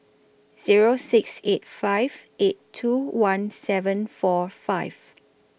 Zero six eight five eight two one seven four five